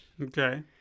Okay